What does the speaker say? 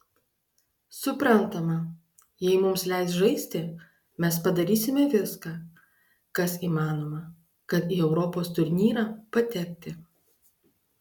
suprantama jei mums leis žaisti mes padarysime viską kas įmanoma kad į europos turnyrą patekti